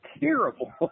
terrible